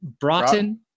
Broughton